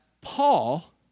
Paul